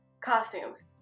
costumes